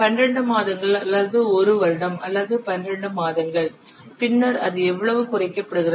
12 மாதங்கள் அல்லது 1 வருடம் அல்லது 12 மாதங்கள் பின்னர் அது எவ்வளவு குறைக்கப்படுகிறது